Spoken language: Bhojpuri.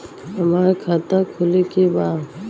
हमार खाता खोले के बा?